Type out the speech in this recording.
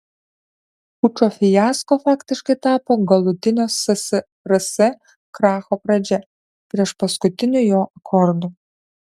pučo fiasko faktiškai tapo galutinio ssrs kracho pradžia priešpaskutiniu jo akordu